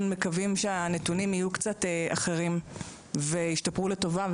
מקווים שהנתונים יהיו קצת אחרים וישתפרו לטובה,